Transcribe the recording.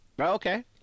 Okay